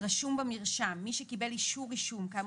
"רשום במרשם" מי שקיבל אישור רישום כאמור